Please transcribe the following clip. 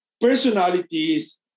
personalities